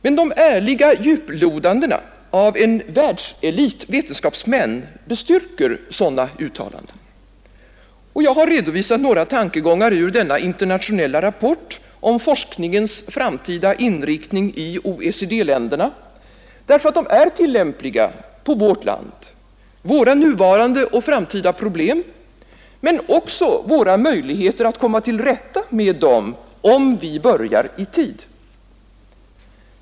Men de ärliga djuplodandena av en världselit vetenskapsmän bestyrker sådana uttalanden. Och jag har redovisat några tankegångar ur denna internationella rapport om forskningens framtida inriktning i OECD-länderna därför att de är tillämpliga på vårt land, våra nuvarande och framtida problem men också på våra möjligheter att komma till rätta med dem, om vi börjar i tid.